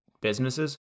businesses